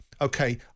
okay